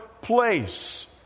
place